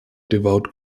devout